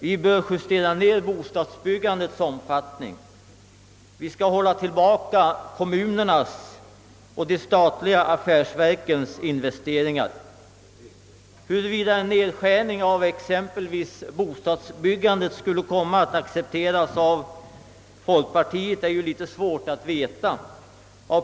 Vi bör justera ned bostadsbyggandets omfattning och hålla tillbaka kommunernas och de statliga affärsverkens investeringar. Huruvida en nedskärning av exempelvis bostadsbyggandet skulle komma att accepteras av folkpartiet är litet svårt att veta.